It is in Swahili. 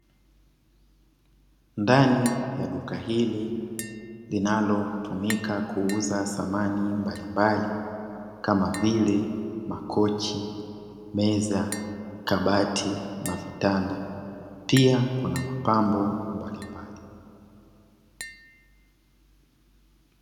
Ndani ya duka hili linalotumika kuuza samani mbalimbali kama vile makochi, meza kabati na vitanda pia kuna mapambo mbalimbali.